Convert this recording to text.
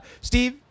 Steve